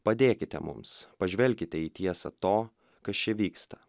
padėkite mums pažvelkite į tiesą to kas čia vyksta